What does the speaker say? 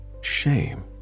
shame